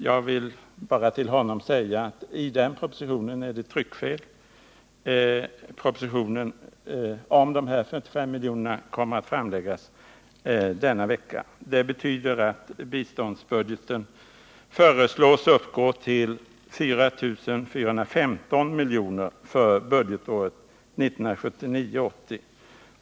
Jag vill bara till honom säga: I den propositionen är det tryckfel i fråga om årtalet. Propositionen om de här 45 miljonerna kommer att framläggas i vår inom kort. Det betyder att biståndsbudgeten föreslås uppgå till 4 415 milj.kr. för budgetåret 1979/80.